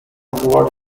towards